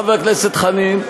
חבר הכנסת חנין,